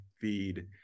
feed